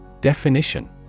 Definition